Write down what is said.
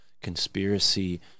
conspiracy